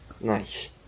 Nice